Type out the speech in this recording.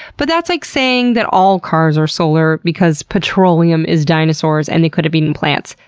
but that's like saying that all cars are solar because petroleum is dinosaurs and they could've eaten plants.